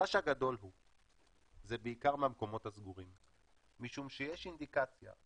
החשש הגדול זה בעיקר מהמקומות הסגורים משום שיש אינדיקציה,